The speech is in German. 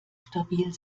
stabil